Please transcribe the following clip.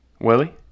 Willie